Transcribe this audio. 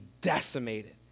decimated